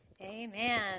Amen